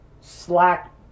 Slack